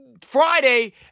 Friday